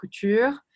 couture